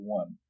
one